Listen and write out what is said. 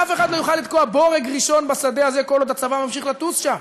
אף אחד לא יוכל לתקוע בורג ראשון בשדה הזה כל עוד הצבא ממשיך לטוס שם.